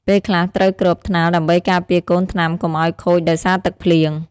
ពេលខ្លះត្រូវគ្របថ្នាលដើម្បីការពារកូនថ្នាំកុំឱ្យខូចដោយសារទឹកភ្លៀង។